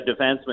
defenseman